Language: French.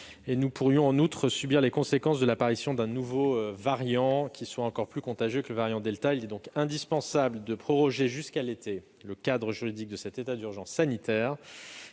nous pourrions subir les conséquences de l'apparition d'un nouveau variant encore plus contagieux que le variant delta. Il est donc indispensable de proroger jusqu'à l'été le cadre juridique de cet état d'urgence sanitaire,